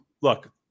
look